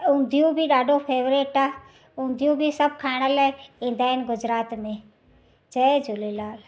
ऊंधियूं बि ॾाढो फेवरेट आहे ऊंधियूं बि सभु खाइण लइ ईंदा आहिनि गुजरात में जय झूलेलाल